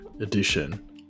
edition